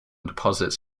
deposits